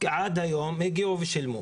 ועד היום הם הגיעו ושילמו.